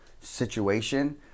situation